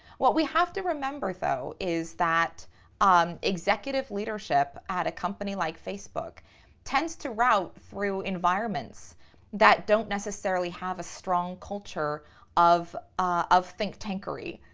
what we have to remember, though, is that um executive leadership at a company like facebook tends to route through environments that don't necessarily have a strong culture of of think tankery.